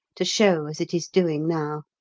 to show as it is doing now.